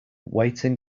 waiting